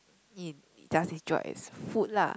it does it job as food lah